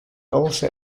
also